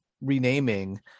renaming